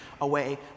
away